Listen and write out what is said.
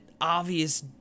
obvious